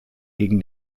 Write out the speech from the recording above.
gegen